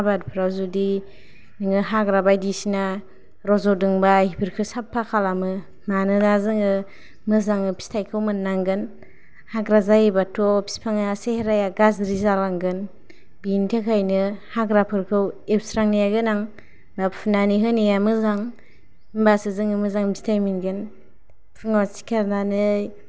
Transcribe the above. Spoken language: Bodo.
आबादफ्राव जुदि हाग्रा बायदिसिना रजदोंबा बेफोरखौ साफा खालामो मानोना जोङो मोजाङै फिथाइखौ मोननांगोन हाग्रा जायोबाथ' फिफाङा सेहेराया गाज्रि जालांगोन बेनि थाखायनो हाग्राफोरखौ एवस्रांनाया गोनां फुनानै होनाया मोजां होनबासो जोङो मोजां फिथाइ मोनगोन फुङाव सिखारनानै